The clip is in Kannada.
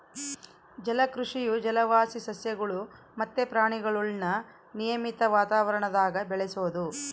ಜಲಕೃಷಿಯು ಜಲವಾಸಿ ಸಸ್ಯಗುಳು ಮತ್ತೆ ಪ್ರಾಣಿಗುಳ್ನ ನಿಯಮಿತ ವಾತಾವರಣದಾಗ ಬೆಳೆಸೋದು